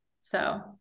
So-